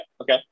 okay